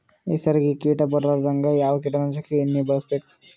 ಹೆಸರಿಗಿ ಕೀಟ ಬರಲಾರದಂಗ ಯಾವ ಕೀಟನಾಶಕ ಎಣ್ಣಿಬಳಸಬೇಕು?